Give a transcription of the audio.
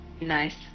Nice